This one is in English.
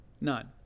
none